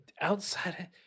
outside